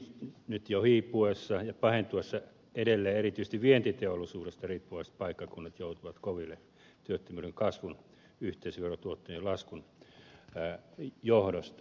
viennin nyt jo hiipuessa ja pahentuessa edelleen erityisesti vientiteollisuudesta riippuvaiset paikkakunnat joutuvat koville työttömyyden kasvun yhteisöverotuottojen laskun johdosta